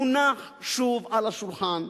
מונח שוב על השולחן.